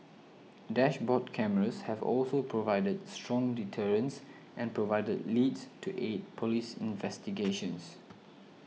dashboard cameras have also provided strong deterrence and provided leads to aid police investigations